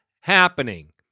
happening